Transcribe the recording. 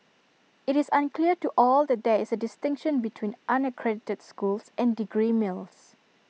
IT is unclear to all that there is A distinction between unaccredited schools and degree mills